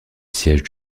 siège